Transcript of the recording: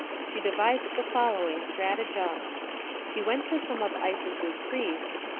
she devised the following stratagem she went to some of isis's priests,